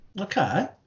okay